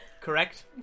correct